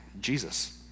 Jesus